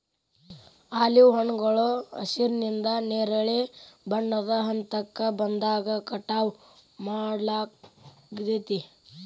olive ಹಣ್ಣುಗಳು ಹಸಿರಿನಿಂದ ನೇರಳೆ ಬಣ್ಣದ ಹಂತಕ್ಕ ಬಂದಾಗ ಕಟಾವ್ ಮಾಡ್ಲಾಗ್ತೇತಿ